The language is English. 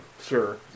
Sure